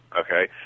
okay